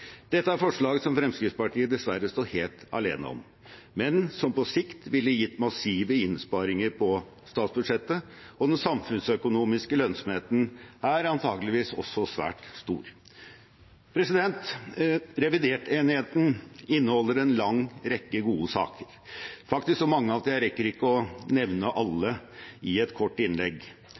Dette er forslag som Fremskrittspartiet dessverre står helt alene om, men som på sikt ville gitt massive innsparinger på statsbudsjettet. Den samfunnsøkonomiske lønnsomheten er antakeligvis også svært stor. Revidertenigheten inneholder en lang rekke gode saker, faktisk så mange at jeg ikke rekker å nevne alle i et kort innlegg.